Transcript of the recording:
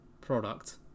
product